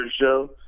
show